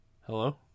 Hello